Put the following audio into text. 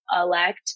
elect